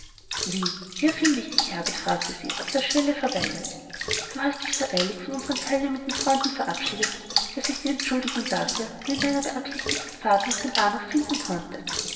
wie hier finde ich dich herbert fragte sie auf der schwelle verweilend du hast dich so eilig von unsern teilnehmenden freunden verabschiedet daß ich die entschuldigung dafür nur in deiner beabsichtigten fahrt nach dem bahnhof finden konnte